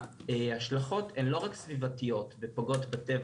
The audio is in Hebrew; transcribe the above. ההשלכות הן לא רק סביבתיות ופוגעות בטבע